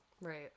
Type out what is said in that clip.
Right